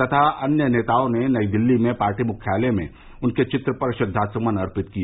तथा अन्य नेताओं ने नई दिल्ली में पार्टी मुख्यालय में उनके चित्र पर श्रद्वा सुमन अर्पित किए